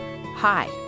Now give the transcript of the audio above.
Hi